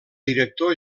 director